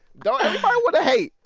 don't everybody want to hate,